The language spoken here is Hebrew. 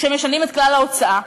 כשמשנים את כלל ההוצאה?